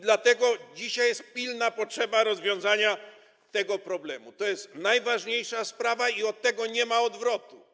Dlatego dzisiaj jest pilna potrzeba rozwiązania tego problemu, to jest najważniejsza sprawa i od tego nie ma odwrotu.